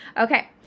Okay